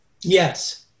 Yes